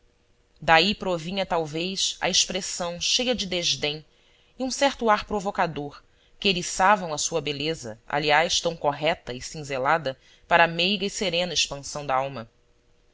daí provinha talvez a expressão cheia de desdém e um certo ar provocador que eriçavam a sua beleza aliás tão correta e cinzelada para a meiga e serena expansão dalma